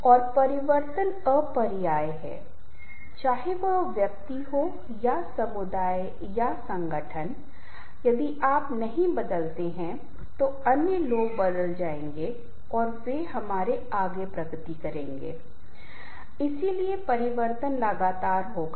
आप सभी इस बात से सहमत होंगे कि हमारे जीवन में संबंध बहुत मायने रखता है अगर आप अपने सहकर्मियों के साथ हमारे परिवार में अच्छे संबंध बना रहे हैं तो हमारे दोस्तों के साथ जीवन बहुत ही दिलचस्प होगा